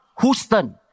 Houston